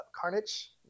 carnage